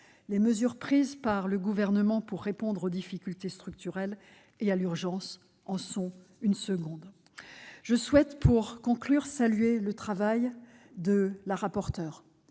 Les mesures prises par le Gouvernement pour répondre aux difficultés structurelles et à l'urgence représentent une seconde étape. Je souhaite saluer le travail de Mme la rapporteure,